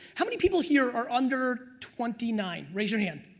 how many people here are under twenty nine? raise your hand.